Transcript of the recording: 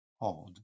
odd